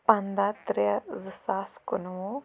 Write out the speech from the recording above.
پنٛداہ ترٛےٚ زٕ ساس کُنوُہ